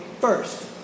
first